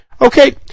Okay